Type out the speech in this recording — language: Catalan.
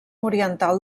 oriental